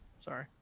Sorry